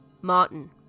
Martin